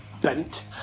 bent